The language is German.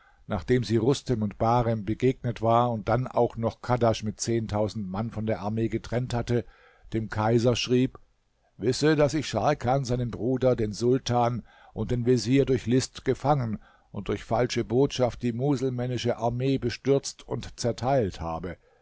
nachdem sie rustem und bahram begegnet war und dann auch noch kadasch mit zehntausend mann von der armee getrennt hatte dem kaiser schrieb wisse daß ich scharkan seinen bruder den sultan und den vezier durch list gefangen und durch falsche botschaft die muselmännische armee bestürzt und zerteilt habe